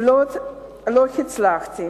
לא צלחו.